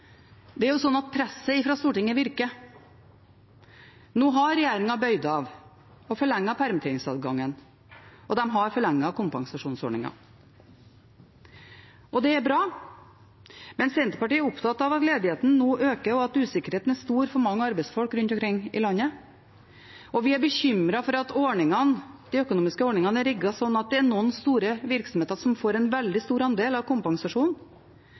Presset fra Stortinget virker. Nå har regjeringen bøyd av og forlenget permitteringsadgangen, og de har forlenget kompensasjonsordningen. Det er bra, men Senterpartiet er opptatt av at ledigheten nå øker, og at usikkerheten er stor for mange arbeidsfolk rundt omkring i landet, og vi er bekymret for at de økonomiske ordningene er rigget slik at det er noen store virksomheter som får en veldig stor andel av kompensasjonen.